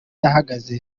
yahagaze